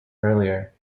earlier